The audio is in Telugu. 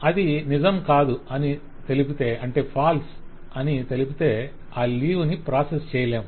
అది నిజం కాదని తెలిపితే ఆ లీవ్ ని ప్రాసెస్ చేయలేము